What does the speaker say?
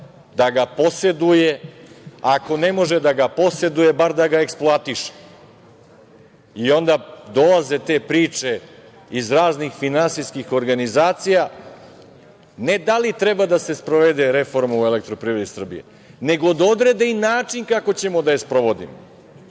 da ga poseduje, a ako ne može da ga poseduje, bar da ga eksploatiše i onda dolaze te priče iz raznih finansijskih organizacija, ne da li treba da se sprovede reforma u EPS-u, nego da odrede i način kako ćemo da je sprovodimo.